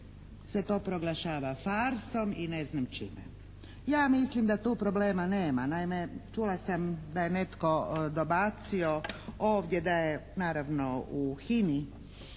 se to proglašava farsom i ne znam čime. Ja mislim da tu problema nema. Naime čula sam da je netko dobacio ovdje da je naravno u HINA-i